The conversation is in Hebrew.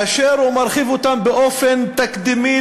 והוא מרחיב אותן באופן תקדימי,